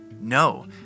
No